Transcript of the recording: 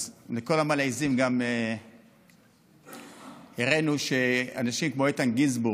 אז לכל המלעיזים הראינו גם שאנשים כמו איתן גינזבורג,